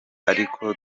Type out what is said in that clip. ariko